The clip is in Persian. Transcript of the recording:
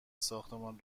ساختمان